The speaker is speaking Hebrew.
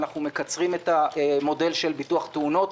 אנחנו מקצרים את המודל של ביטוח תאונות.